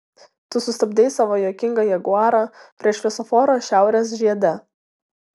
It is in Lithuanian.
tu sustabdei savo juokingą jaguarą prie šviesoforo šiaurės žiede